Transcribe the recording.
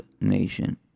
nation